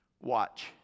watch